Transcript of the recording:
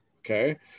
Okay